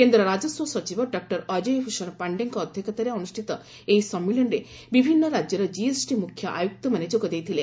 କେନ୍ଦ୍ର ରାଜସ୍ୱ ସଚିବ ଡକ୍କର ଅଜୟ ଭୂଷଣ ପାଶ୍ଚେଙ୍କ ଅଧ୍ୟକ୍ଷତାରେ ଅନୁଷ୍ଠିତ ଏହି ସମ୍ମିଳନୀରେ ବିଭିନ୍ନ ରାଜ୍ୟର ଜିଏସ୍ଟି ମୁଖ୍ୟ ଆୟୁକ୍ତମାନେ ଯୋଗଦେଇଥିଲେ